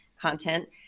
content